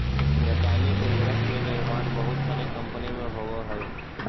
रसायनिक उर्वरक के निर्माण बहुत सनी कम्पनी में होवऽ हई